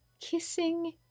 kissing